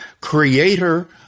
creator